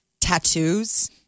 tattoos